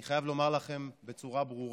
אני חייב לומר לכם בצורה ברורה: